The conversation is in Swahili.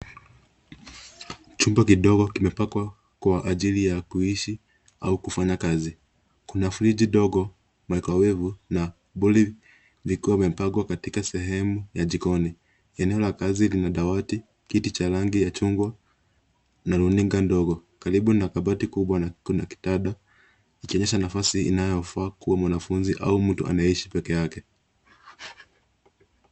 Chumba kidogo kimepangwa kwa ajili ya kuishi au kufanya kazi. Kuna friji ndogo, microwave zikiwa vimepangwa katika sehemu ya jikoni. Eneo la kazi lina dawati, kiti cha rangi ya chungwa na runinga ndogo. Karibu na kabati ndogo kuna kitanda ikionyesha nafasi inayofaa kwa mwanafunzi au mtu anayeishi peke yake.